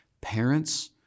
parents